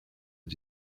his